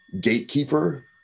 gatekeeper